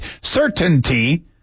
certainty